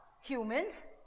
humans